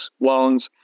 loans